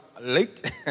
late